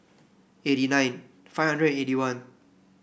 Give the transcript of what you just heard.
eighty nine five hundred and eighty one